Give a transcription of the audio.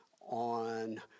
on